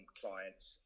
clients